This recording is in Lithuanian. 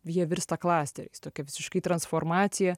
jie virsta klasteriais tokia visiškai transformacija